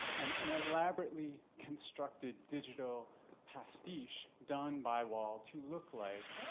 and an elaborately constructed digital pastiche done by wall to look like,